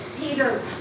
Peter